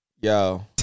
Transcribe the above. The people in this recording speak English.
Yo